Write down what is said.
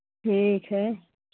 ठीक है